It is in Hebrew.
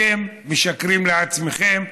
אתם משקרים לעצמכם,